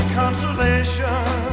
consolation